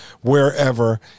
wherever